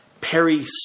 Perry